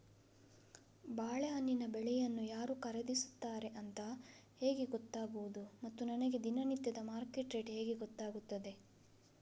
ಬಾಳೆಹಣ್ಣಿನ ಬೆಳೆಯನ್ನು ಯಾರು ಖರೀದಿಸುತ್ತಾರೆ ಅಂತ ಹೇಗೆ ಗೊತ್ತಾಗುವುದು ಮತ್ತು ನನಗೆ ದಿನನಿತ್ಯದ ಮಾರ್ಕೆಟ್ ರೇಟ್ ಹೇಗೆ ಗೊತ್ತಾಗುತ್ತದೆ?